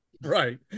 Right